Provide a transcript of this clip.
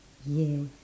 yes